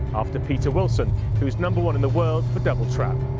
after peter wilson, who is number one in the world for double trap.